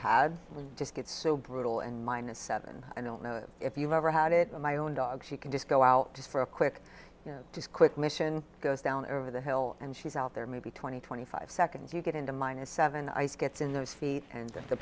had just good so brutal and minus seven i don't know if you've ever had it on my own dog she can just go out for a quick quick mission goes down over the hill and she's out there maybe twenty twenty five seconds you get into minus seven ice gets in those feet and the